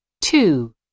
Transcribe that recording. Two